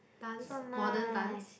dance modern dance